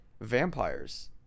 vampires